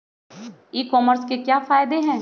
ई commerce के क्या फायदे हैं?